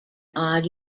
odd